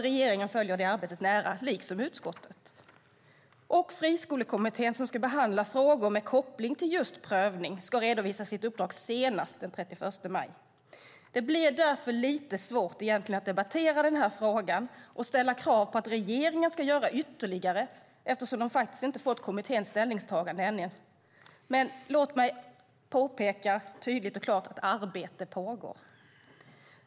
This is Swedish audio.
Regeringen liksom utskottet följer arbetet nära. Friskolekommittén, som ska behandla frågor med koppling till just prövning, ska redovisa sitt uppdrag senast den 31 maj. Det blir därför egentligen lite svårt att debattera den här frågan och ställa krav på att regeringen ska göra ytterligare, eftersom de faktiskt inte har fått kommitténs ställningstagande ännu. Låt mig dock tydligt och klart påpeka att arbete pågår.